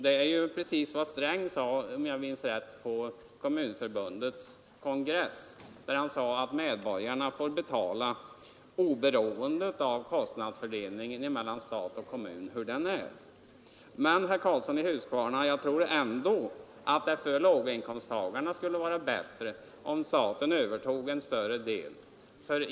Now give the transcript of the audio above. Det är precis vad herr Sträng sade, om jag minns rätt, på Kommunförbundets kongress, nämligen att medborgarna får betala oberoende av hurdan kostnadsfördelningen är mellan stat och kommun. Men, herr Karlsson i Huskvarna, jag tror ändå att det för låginkomsttagarna skulle vara bättre om staten övertog en större del av sjukvårdskostnaderna.